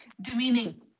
demeaning